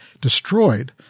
destroyed